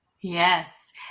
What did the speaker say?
Yes